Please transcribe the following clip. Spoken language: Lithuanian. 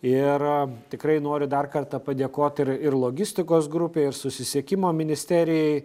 ir tikrai noriu dar kartą padėkot ir ir logistikos grupei ir susisiekimo ministerijai